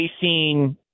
facing